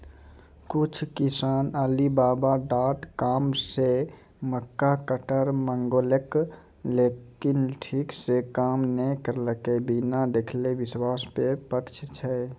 कुछ किसान Alibaba dot com से मक्का कटर मंगेलके लेकिन ठीक से काम नेय करलके, बिना देखले विश्वास पे प्रश्न छै?